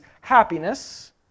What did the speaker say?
happiness